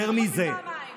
יותר מזה,